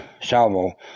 salvo